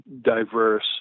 diverse